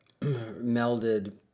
melded